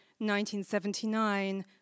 1979